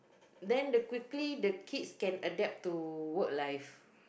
then the quickly the kids can adapt to work life